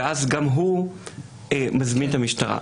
ואז גם הוא מזמין את המשטרה.